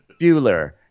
Bueller